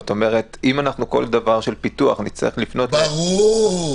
זאת אומרת שאם בכל דבר של פיתוח נצטרך לפנות אליהם --- ברור.